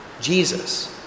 Jesus